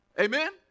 Amen